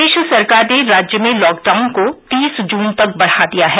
प्रदेश सरकार ने राज्य में लॉकडाउन को तीस जून तक बढ़ा दिया है